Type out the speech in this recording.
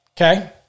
Okay